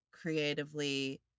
creatively